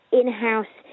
in-house